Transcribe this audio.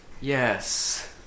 Yes